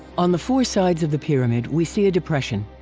on the four sides of the pyramid we see a depression.